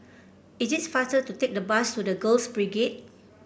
it is faster to take the bus to The Girls Brigade